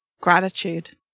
gratitude